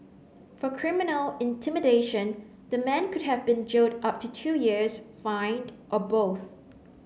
for criminal intimidation the man could have been jailed up to two years fined or both